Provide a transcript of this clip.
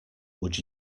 would